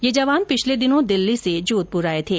ये जवान पिछले दिनों दिल्ली से जोधपुर आये थे